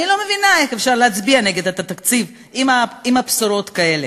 אני לא מבינה איך אפשר להצביע נגד תקציב עם בשורות כאלה.